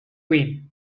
queen